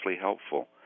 helpful